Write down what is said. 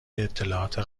اطلاعات